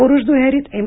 पुरुष दुहेरीत एम